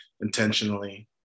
intentionally